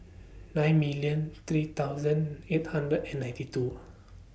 nine million three thousand eight hundred and ninety two